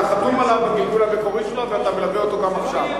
אתה חתום עליו בגלגול המקורי שלו ואתה מלווה אותו גם עכשיו.